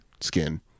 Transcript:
skin